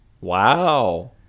Wow